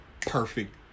perfect